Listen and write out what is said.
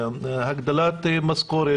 הגדלת משכורת